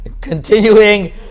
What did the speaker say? continuing